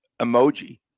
emoji